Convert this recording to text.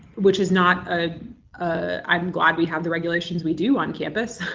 which is not ah a i'm glad we have the regulations we do on campus,